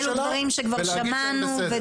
אלו דברים שכבר שמענו,